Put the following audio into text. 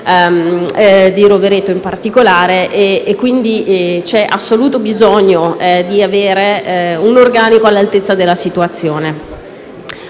di Rovereto in particolare) e quindi c'è assoluto bisogno di avere un organico all'altezza della situazione.